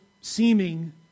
seeming